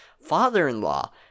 father-in-law